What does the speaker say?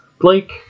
blake